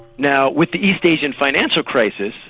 now with the east asian financial crisis,